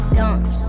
dunks